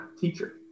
teacher